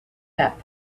that